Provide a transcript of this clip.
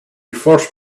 first